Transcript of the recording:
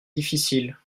difficile